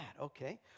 Okay